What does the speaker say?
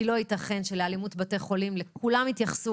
לא ייתכן שלאלימות בבתי החולים לכולם יתייחסו